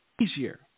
easier